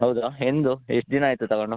ಹೌದ ಎಂದು ಎಷ್ಟು ದಿನ ಆಯ್ತು ತಗೊಂಡು